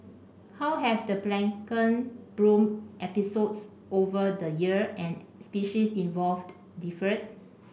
how have the plankton bloom episodes over the year and species involved differed